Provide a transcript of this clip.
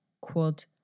quote